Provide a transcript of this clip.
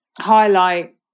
highlight